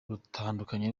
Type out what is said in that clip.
rutandukanye